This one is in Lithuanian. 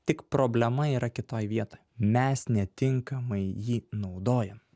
tik problema yra kitoj vietoj mes netinkamai jį naudojam